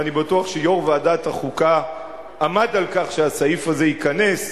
ואני בטוח שיושב-ראש ועדת החוקה עמד על כך שהסעיף הזה ייכנס,